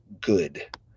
good